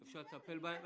אפשר לטפל בהן.